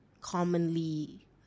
commonly